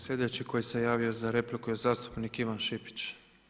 Slijedeći koji se javio za repliku je zastupnik Ivan Šipić.